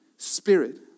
Spirit